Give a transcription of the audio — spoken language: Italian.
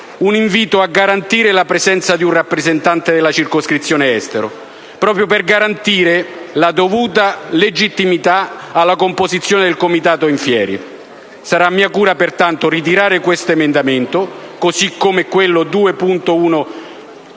un invito a garantire la presenza di un rappresentante della circoscrizione Estero, proprio per assicurare la dovuta legittimità alla composizione del Comitato *in fieri*. Sarà mia cura, dunque, ritirare l'emendamento 1.150 (così come